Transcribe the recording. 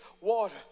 water